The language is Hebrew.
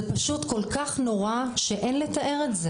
זה פשוט כל כך נורא שאין לתאר את זה.